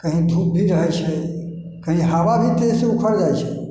कहीँ धूप भी रहै छै कहीँ हवा भी तेजसँ उखड़ि जाइ छै